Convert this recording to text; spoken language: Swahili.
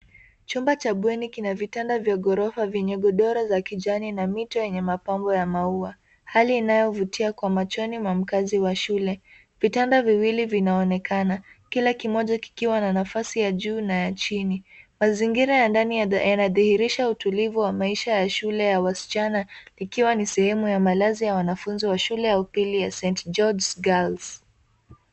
Chumba cha bweni kina vitanda vya ghorofa vyenye godoro za kijani na mito yenye mapambo ya maua. Hali inayovutia kwa machoni mwa mkazi wa shule. Vitanda viwili vinaonekana; kila kimoja kikiwa na nafasi ya juu na ya chini. Mazingira ya ndani yanadhihirisha utulivu wa maisha ya shule ya wasichana ikiwa ni sehemu ya malazi ya wanafunzi wa shule ya upili ya St George's Girls.